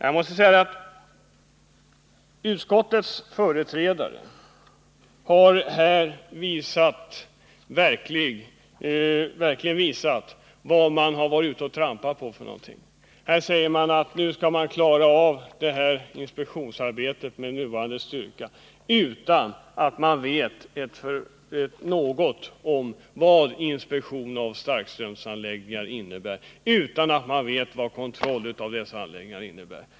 Jag måste säga att utskottets företrädare verkligen har visat vad man trampat på. Nu säger man att man skall klara av detta inspektionsarbete med nuvarande styrka, utan att man vet något om vad inspektion av starkströmsanläggningar innebär och utan att man vet vad kontroll av dessa anläggningar innebär.